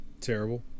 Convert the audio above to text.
terrible